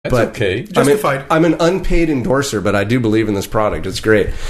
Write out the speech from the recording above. זה אוקיי, כלומר, אם אני... לא משלמים לי, אבל אני מאמין במוצר הזה, הוא נהדר.